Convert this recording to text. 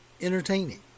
entertaining